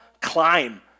climb